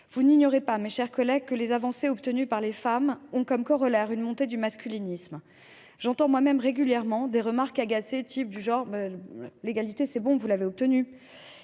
Vous n’ignorez pas, mes chers collègues, que les avancées obtenues par les femmes ont comme corollaire une montée du masculinisme. J’entends moi même régulièrement des remarques agacées telles que :« C’est bon, vous l’avez obtenue,